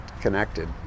connected